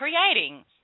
creating